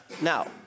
Now